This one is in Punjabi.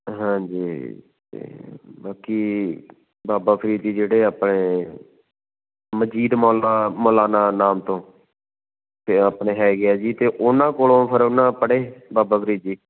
ਹਾਂਜੀ ਅਤੇ ਬਾਕੀ ਬਾਬਾ ਫ਼ਰੀਦ ਜੀ ਜਿਹੜੇ ਆਪਣੇ ਮੰਜੀਤ ਮੌਲਾ ਮੌਲਾਨਾ ਨਾਮ ਤੋਂ ਅਤੇ ਆਪਣੇ ਹੈਗੇ ਹੈ ਜੀ ਅਤੇ ਉਨ੍ਹਾਂ ਕੋਲੋਂ ਫੇਰ ਉਨ੍ਹਾਂ ਪੜ੍ਹੇ ਬਾਬਾ ਫ਼ਰੀਦ ਜੀ